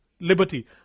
liberty